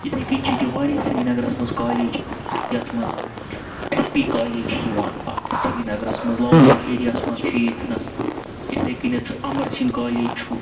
اِتھَے کٔنۍ چھِ ییٚتہِ واریاہ سرینَگرَس منٛز کالیج یَتھ منٛز ایس پی کالیج چھِ یِوان ا سرینَگرَس منٛز لالچوک ایریاہَس منٛز چھِ ییٚتھٮ۪نَس اِتھَے کٔنیٚتھ چھُ اَمر سِنٛگ کالیج چھُ